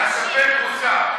הספק הוסר.